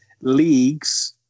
leagues